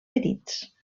petits